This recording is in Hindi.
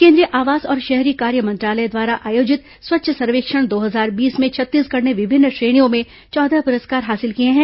केंद्रीय आवास और शहरी कार्य मंत्रालय द्वारा आयोजित स्वच्छ सर्वेक्षण दो हजार बीस में छत्तीसगढ़ ने विभिन्न श्रेणियों में चौदह पुरस्कार हासिल किए हैं